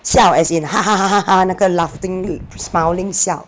笑 as in 那个 laughing smiling 笑